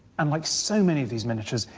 and like so many of these images,